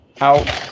out